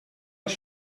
les